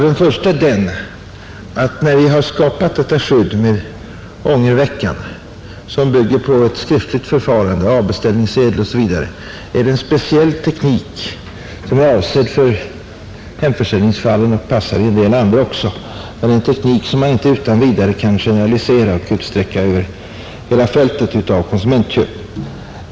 Den första synpunkten är att när vi skapat detta skydd med ångervecka, som bygger på ett skriftligt förfarande, avbeställningssedel osv. är det en speciell teknik som är avsedd för hemförsäljningsfallen och även passar i en del andra fall, men det är en teknik som inte utan vidare kan generaliseras och utsträckas över hela fältet av konsumentköp.